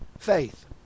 faith